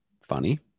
funny